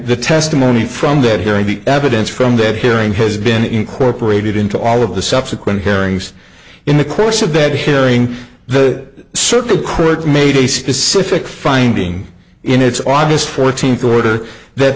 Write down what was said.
the testimony from that hearing the evidence from that hearing has been incorporated into all of the subsequent hearings in the course of bed sharing that circuit court made a specific finding in its aug fourteenth order that